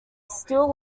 still